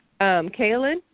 Kaylin